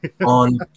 on